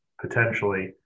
potentially